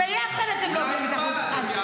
ביחד הם לא עוברים את אחוז החסימה.